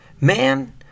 man